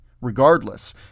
regardless